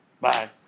Bye